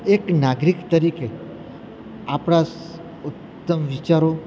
એક નાગરિક તરીકે આપણા ઉત્તમ વિચારો